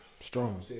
Strong